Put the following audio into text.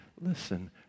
listen